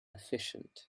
efficient